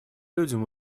людям